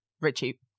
Richie